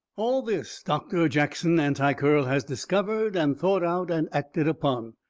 all this doctor jackson anti-curl has discovered and thought out and acted upon.